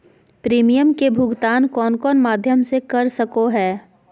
Premium के भुक्तान कौन कौन माध्यम से कर सको है?